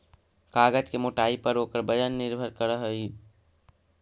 कागज के मोटाई पर ओकर वजन निर्भर करऽ हई